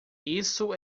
isso